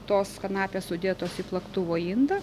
tos kanapės sudėtos į plaktuvo indą